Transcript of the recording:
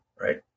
right